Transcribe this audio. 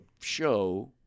show